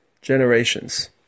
generations